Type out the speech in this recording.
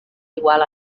igual